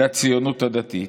לציונות הדתית.